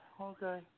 okay